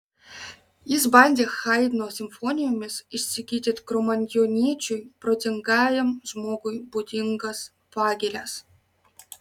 jis bandė haidno simfonijomis išsigydyti kromanjoniečiui protingajam žmogui būdingas pagirias